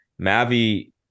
mavi